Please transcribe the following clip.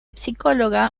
psicóloga